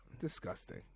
Disgusting